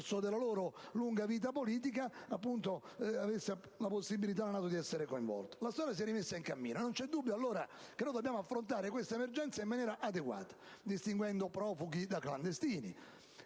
La storia si è rimessa in cammino e non c'è dubbio allora che dobbiamo affrontare questa emergenza in maniera adeguata, distinguendo profughi da clandestini.